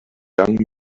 young